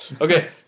Okay